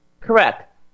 Correct